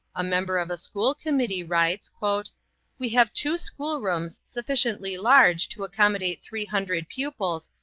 a member of a school committee writes, we have two school-rooms sufficiently large to accommodate three hundred pupils,